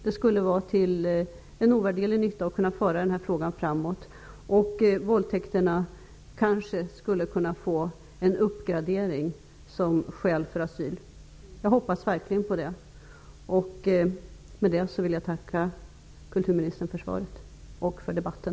Det skulle vara till en ovärdelig nytta och föra denna fråga framåt. Våldtäkterna skulle kanske kunna få en uppgradering som skäl för asyl. Jag hoppas verkligen på det. Med detta vill jag tacka kulturministern för svaret och för debatten.